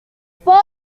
poros